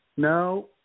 No